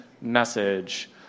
message